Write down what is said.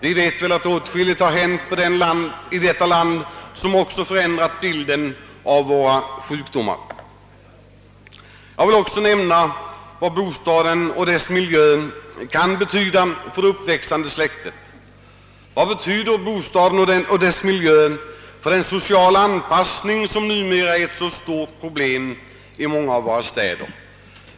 Vi vet att åtskilligt har hänt i detta land som också förändrat bilden av våra sjukdomar. Jag vill också nämna vad bostaden och dess miljö kan betyda för det uppväxande släktet. Vad betyder bostaden och dess miljö för den sociala anpass ningen, som numera är ett så stort problem i många av våra städer?